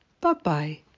Bye-bye